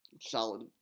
solid